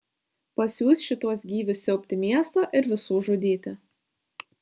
pasiųs šituos gyvius siaubti miesto ir visų žudyti